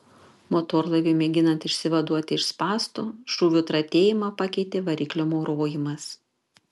motorlaiviui mėginant išsivaduoti iš spąstų šūvių tratėjimą pakeitė variklio maurojimas